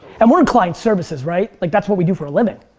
and we're in client services, right? like that's what we do for a living.